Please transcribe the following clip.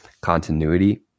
continuity